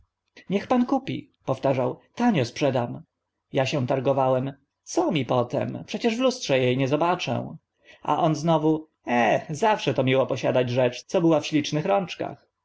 niech pan kupi powtarzał tanio sprzedam ja się targowałem co mi po tym przecież w lustrze e nie zobaczę a on znowu e zawsze to miło posiadać rzecz co była w ślicznych rączkach